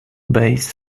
base